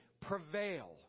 prevail